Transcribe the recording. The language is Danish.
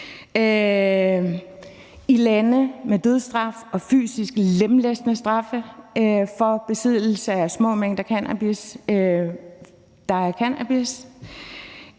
I lande med dødsstraf og fysisk lemlæstende straffe for besiddelse af små mængder cannabis er der cannabis.